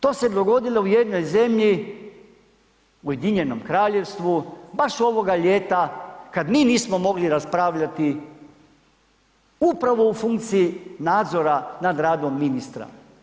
To se dogodilo u jednoj zemlji u Ujedinjenom Kraljevstvu baš ovoga ljeta kada mi nismo mogli raspravljati upravo u funkciji nadzora nad radom ministra.